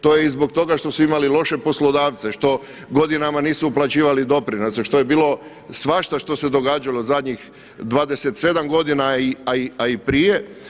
To je i zbog toga što su imali loše poslodavce, što godinama nisu uplaćivali doprinose, što je bilo svašta što se događalo zadnjih 27 godina, a i prije.